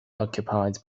occupied